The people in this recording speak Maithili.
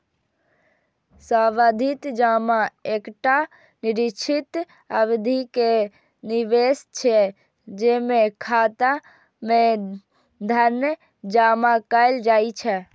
सावधि जमा एकटा निश्चित अवधि के निवेश छियै, जेमे खाता मे धन जमा कैल जाइ छै